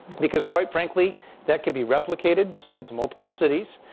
because quite frankly that could be replicated. sold to multiple cities.